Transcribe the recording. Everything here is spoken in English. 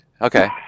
Okay